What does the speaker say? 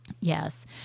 yes